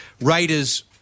Raiders